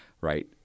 right